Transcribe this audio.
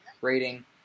rating